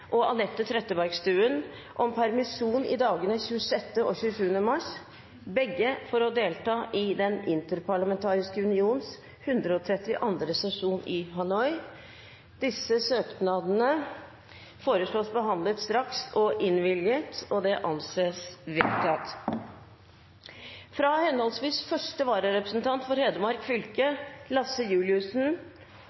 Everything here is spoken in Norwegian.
og Anette Trettebergstuen om permisjon i dagene 26. og 27. mars, begge for å delta i Den interparlamentariske unions 132. sesjon i Hanoi. Disse søknadene foreslås behandlet straks og innvilget. – Det anses vedtatt, Fra henholdsvis første vararepresentant for Hedmark fylke, Lasse Juliussen,